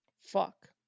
Fuck